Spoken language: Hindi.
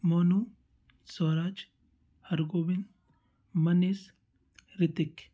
मोनू सूरज हरगोविंद मनीश रितिक